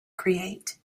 create